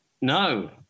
No